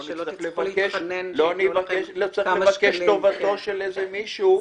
לא נצטרך לבקש טובתו של איזה מישהו.